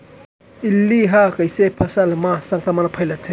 इल्ली ह कइसे फसल म संक्रमण फइलाथे?